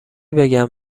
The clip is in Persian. بگم